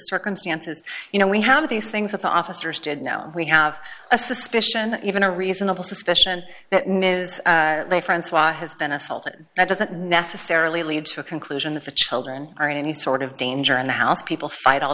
circumstances you know we have these things that the officers did know we have a suspicion even a reasonable suspicion that ms they francoise has been assaulted that doesn't necessarily lead to a conclusion that the children are in any sort of danger in the house people fight all